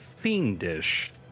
fiendish